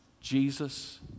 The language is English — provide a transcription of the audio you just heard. Jesus